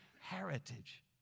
heritage